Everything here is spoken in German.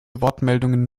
wortmeldungen